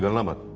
sharma.